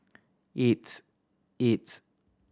eight